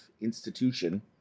institution